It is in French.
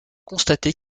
constater